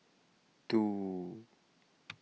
two